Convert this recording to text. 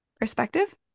perspective